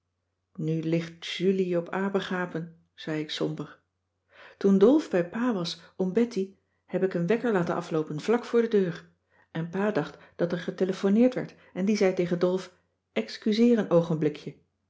nu ligt julie op apegapen zei ik somber toen dolf bij pa was om betty heb ik een wekker laten afloopen vlak voor de deur en pa dacht dat er getelefoneerd werd en die zei tegen dolf excuseer een oogenblikje